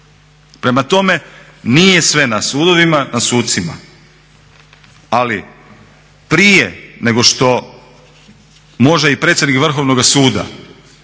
Prema tome nije sve na sucima ali prije nego što može i predsjednik Vrhovnoga suda